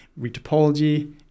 retopology